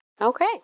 Okay